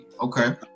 Okay